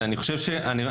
אני רוצה שתענה לי.